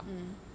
mm